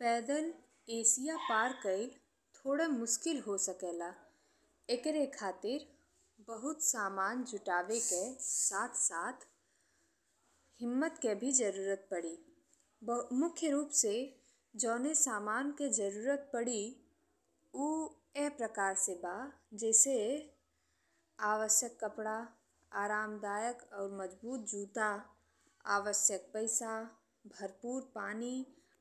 पैदल एशिया पार कइल थोड़े मुश्किल हो सकेला। ईकरे खातिर बहुत सामान जुटावे के साथ साथ हिम्मत के भी जरूरत पड़ी। मुख्य रूप से जौन सामान के जरूरत पड़ी उ एह प्रकार से बा जैसे- आवश्यक कपड़ा, आरामदायक और मजबूत जूता, आवश्यक पैसा, भरपूर पानी